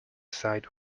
side